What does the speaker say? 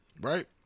Right